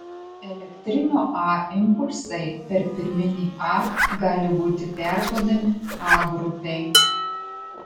elektrinio a impulsai per pirminį a gali būti perduodami a grupei